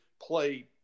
play